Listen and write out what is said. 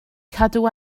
cadw